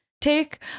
take